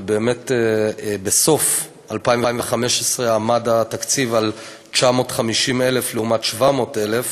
ובאמת בסוף 2015 עמד התקציב על 950,000 לעומת 700,000,